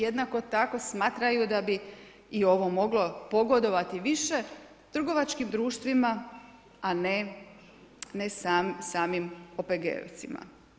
Jednako tako smatraju da bi i ovo moglo pogodovati više trgovačkim društvima, a ne samim OPG-ovcima.